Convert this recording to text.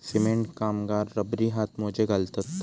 cement कामगार रबरी हातमोजे घालतत